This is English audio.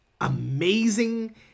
amazing